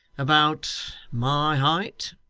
about my height